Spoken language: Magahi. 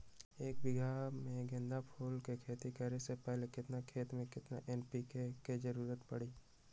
एक बीघा में गेंदा फूल के खेती करे से पहले केतना खेत में केतना एन.पी.के के जरूरत परी?